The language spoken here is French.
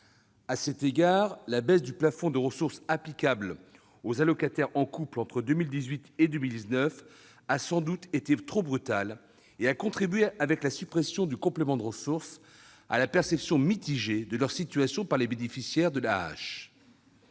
À cet égard, la baisse du plafond de ressources applicable aux allocataires en couple entre 2018 et 2019 a sans doute été trop brutale et a contribué, avec la suppression du complément de ressources, à la perception mitigée de leur situation par les bénéficiaires de l'AAH.